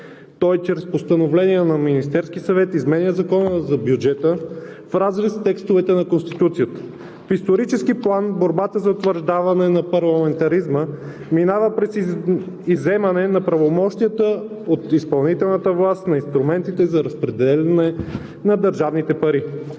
Той чрез постановления на Министерския съвет изменя Закона за бюджета в разрез с текстовете на Конституцията. В исторически план борбата за утвърждаване на парламентаризма минава през изземване на правомощията от изпълнителната власт на инструментите за разпределение на държавните пари.